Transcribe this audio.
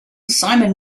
simon